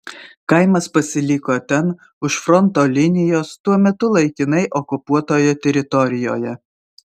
kaimas pasiliko ten už fronto linijos tuo metu laikinai okupuotoje teritorijoje